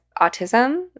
autism